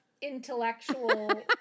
intellectual